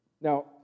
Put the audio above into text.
Now